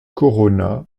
corona